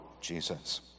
Jesus